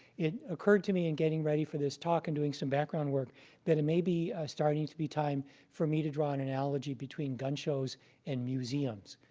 it occurred to me in getting ready for this talk and doing some background work that it may be starting to be time for me to draw an analogy between gun shows and museums.